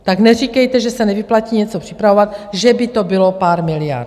Tak neříkejte, že se nevyplatí něco připravovat, že by to bylo pár miliard.